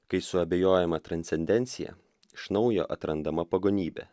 kai suabejojama transcendencija iš naujo atrandama pagonybė